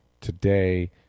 today